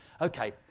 Okay